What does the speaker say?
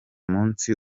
munsi